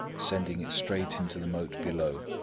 sending it straight into the moat below.